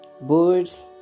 birds